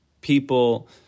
people